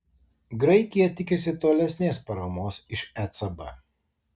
graikija tikisi tolesnės paramos iš ecb